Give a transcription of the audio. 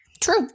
True